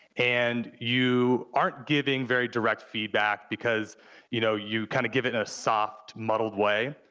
and you aren't giving very direct feedback because you know you kinda give it in a soft, muddled way,